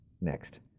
Next